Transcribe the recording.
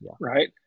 right